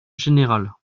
générale